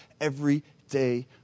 everyday